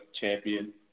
champion